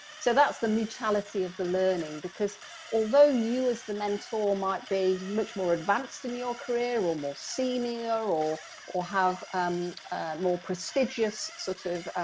so that's the mutuality of the learning, because although you as the mentor might be much more advanced in your career, or more senior, or or have um more prestigious sort of